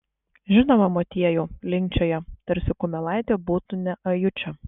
žinoma motiejau linkčioja tarsi kumelaitė būtų ne ajučio